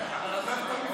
אבל עזבת את המפלגה.